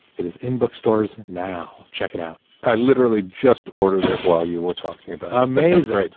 it is in bookstores now. check it out i literally just ordered it while you were talking about um mesa, right?